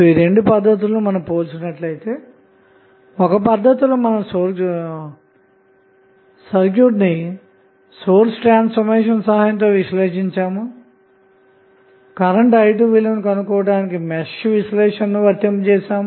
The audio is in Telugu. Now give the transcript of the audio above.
ఈ రెండు పద్ధతులను పోల్చినట్లయితే ఒక పద్ధతిలో సర్క్యూట్ ని సోర్స్ ట్రాన్సఫార్మేషన్ సహాయంతో విశ్లేషించి కరెంటు i2 విలువను కనుక్కోవటానికి మెష్ విశ్లేషణను వర్తింపచేసాము